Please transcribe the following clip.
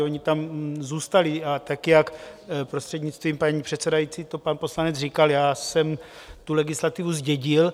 Ony tam zůstaly, a tak jak prostřednictvím paní předsedající to pan poslanec říkal, já jsem tu legislativu zdědil.